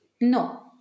no